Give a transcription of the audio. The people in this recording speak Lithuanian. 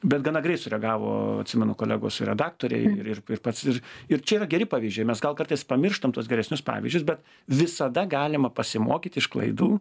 bet gana greit sureagavo atsimenu kolegos redaktoriai ir pats ir ir čia yra geri pavyzdžiai mes gal kartais pamirštam tuos geresnius pavyzdžius bet visada galima pasimokyt iš klaidų